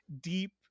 deep